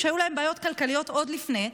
שהיו להם בעיות כלכליות עוד לפני,